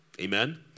Amen